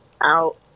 out